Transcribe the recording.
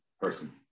person